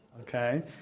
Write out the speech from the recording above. Okay